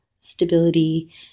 stability